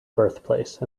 birthplace